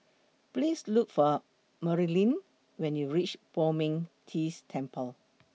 Please Look For Merilyn when YOU REACH Poh Ming Tse Temple